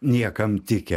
niekam tikę